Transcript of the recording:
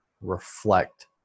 reflect